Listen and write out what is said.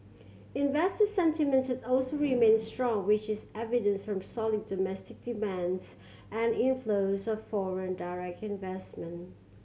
investor sentiment has also remained strong which is evident from solid domestic demands and inflows of foreign direct investment